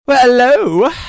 Hello